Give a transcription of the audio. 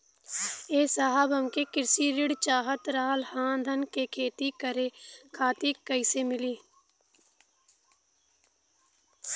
ए साहब हमके कृषि ऋण चाहत रहल ह धान क खेती करे खातिर कईसे मीली?